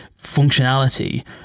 functionality